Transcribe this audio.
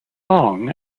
song